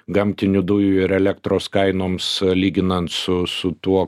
gamtinių dujų ir elektros kainoms lyginant su su tuo